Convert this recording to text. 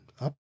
up